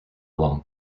long